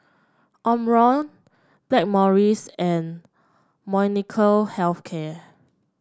Omron Blackmores and Molnylcke Health Care